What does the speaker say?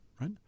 Right